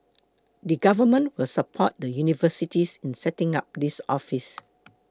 the government will support the universities in setting up this office